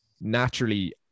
naturally